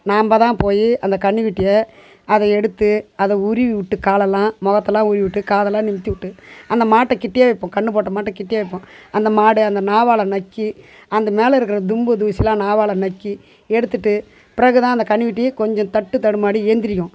நாம்ம தான் போய் அந்த கன்றுக்குட்டிய அதை எடுத்து அதை உருவி விட்டு காலைலாம் முகத்தலாம் உருவி விட்டு காலைலாம் நிமிர்த்தி விட்டு அந்த மாட்டை கிட்டவே வைப்போம் கன்று போட்ட மாட்டை கிட்டேயே வைப்போம் அந்த மாடு அந்த நாவால் நக்கி அந்த மேலே இருக்கிற தும்பு தூசிலாம் நாவால் நக்கி எடுத்துட்டு பிறகு தான் அந்த கன்றுக்குட்டிய கொஞ்சம் தட்டு தடுமாரி ஏழுந்திரிக்கும்